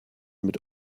mit